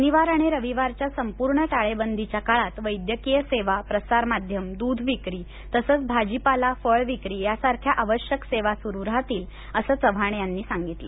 शनिवार आणि रविवारच्या संपूर्ण टाळेबंदीच्या काळात वैद्यकीय सेवा प्रसार माध्यम दूध विक्री तसंच भाजीपाला फळ विक्री यासारख्या आवश्यक सेवा सुरू राहतील असं जिल्हाधिकारी चव्हाण यांनी सांगितलं